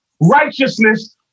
righteousness